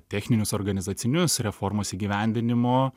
techninius organizacinius reformos įgyvendinimo